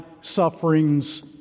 sufferings